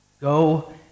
Go